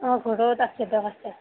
অঁ ঘৰত আছে দিয়ক আছে